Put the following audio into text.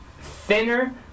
thinner